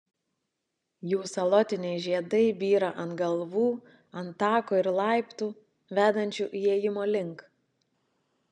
jų salotiniai žiedai byra ant galvų ant tako ir laiptų vedančių įėjimo link